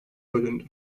bölündü